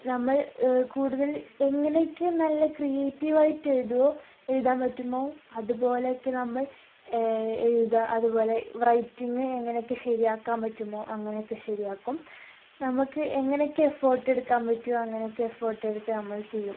നമ്മൾ കൂടുതൽ എങ്ങനെയൊക്കെ നല്ല ക്രിയേറ്റീവായിട്ട് എഴുതുമോ എഴുതാൻ പറ്റുമോ അതുപോലെയൊക്കെ നമ്മൾ എഴുതുക അതുപോലെ റൈറ്റിങ് എങ്ങനെയൊക്കെ ശരിയാക്കാൻ പറ്റുമോ അങ്ങനെയൊക്കെ ശരിയാക്കും നമുക്ക് എങ്ങനെയൊക്കെ എഫേർട്ട് എടുക്കാൻ പറ്റുമോ അങ്ങനെയൊക്കെ എഫേർട്ട് എടുത്തു നമ്മൾ ചെയ്യും